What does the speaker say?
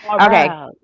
Okay